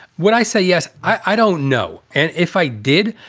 would i say, yes? i don't know. and if i did,